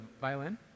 violin